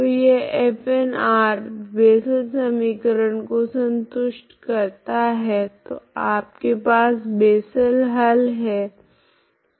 तो यह Fn Bessel समीकरण को संतुष्ट करता है तो आपके पास बेसल हल है